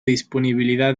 disponibilidad